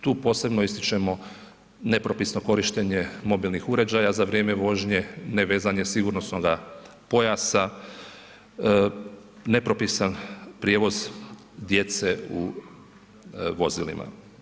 Tu posebno ističemo nepropisno korištenje mobilnih uređaja za vrijeme vožnje, nevezanje sigurnosnoga pojasa, nepropisan prijevoz djece u vozilima.